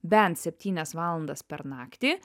bent septynias valandas per naktį